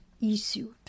issued